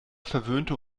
verwöhnte